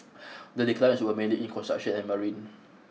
the declines were mainly in construction and marine